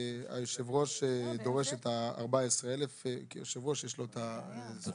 היושב-ראש דורש את ה-14,000 ויש לו את הזכות לדרוש.